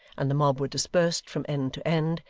and the mob were dispersed from end to end,